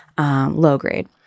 low-grade